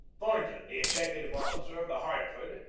thornton, the executive officer of the hartford,